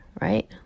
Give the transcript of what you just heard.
right